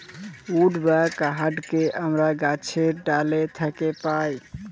would বা কাহাঠকে আমরা গাহাছের ডাহাল থ্যাকে পাই